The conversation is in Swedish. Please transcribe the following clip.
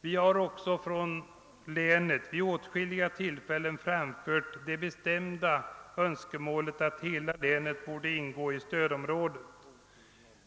Vi har också från länet vid åtskilliga tillfällen framfört det bestämda önskemålet att hela länet borde ingå i stödområdet.